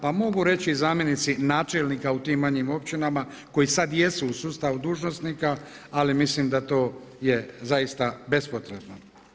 Pa mogu reći i zamjenici načelnika u tim manjim općinama koji sada jesu u sustavu dužnosnika ali mislim da to je zaista bespotrebno.